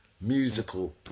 musical